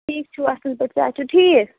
ٹھیٖک چھُو اَصٕل پٲٹھۍ صحت چھُو ٹھیٖک